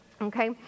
Okay